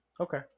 okay